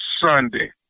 Sunday